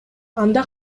анда